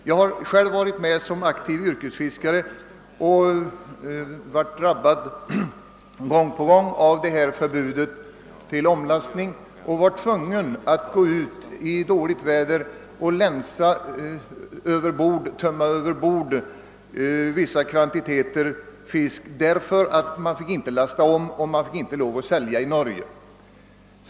Jag har själv varit med om att som aktiv yrkesfiskare gång på gång drabbas av detta förbud mot omlastning — man har varit tvungen att gå ut i dåligt väder och tömma vissa kvantiteter fisk överbord därför att man inte fått lov att lasta om och inte fått lov att sälja i Norge.